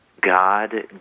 God